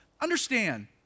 Understand